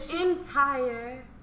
entire